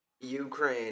Ukraine